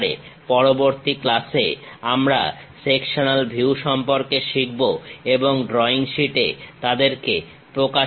পরবর্তী ক্লাসে আমরা সেকশনাল ভিউ সম্পর্কে শিখব এবং ড্রইং শীটে তাদেরকে প্রকাশ করবো